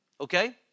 Okay